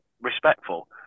respectful